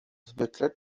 zwykle